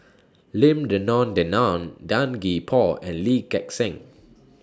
Lim Denan Denon Tan Gee Paw and Lee Gek Seng